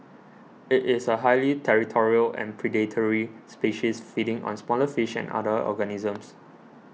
it is a highly territorial and predatory species feeding on smaller fish and other organisms